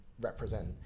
represent